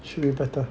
should be better